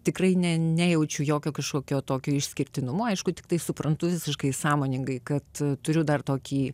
tikrai ne nejaučiu jokio kažkokio tokio išskirtinumo aišku tiktai suprantu visiškai sąmoningai kad turiu dar tokį